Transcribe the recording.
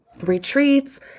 retreats